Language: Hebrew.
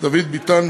דוד ביטן,